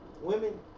women